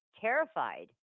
terrified